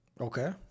Okay